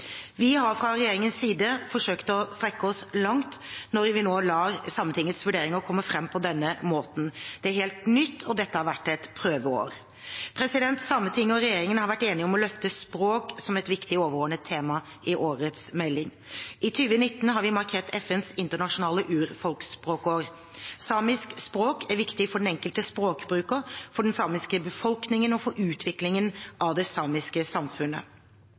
Vi har fra regjeringens side forsøkt å strekke oss langt når vi nå lar Sametingets vurderinger komme fram på denne måten. Det er helt nytt, og dette har vært et prøveår. Sametinget og regjeringen har vært enige om å løfte språk som et viktig overordnet tema i årets melding. I 2019 har vi markert FNs internasjonale urfolksspråkår. Samisk språk er viktig for den enkelte språkbruker, for den samiske befolkningen og for utviklingen av det samiske samfunnet.